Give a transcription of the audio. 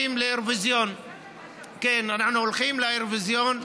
אנחנו הולכים לאירוויזיון.